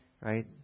right